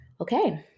Okay